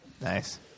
Nice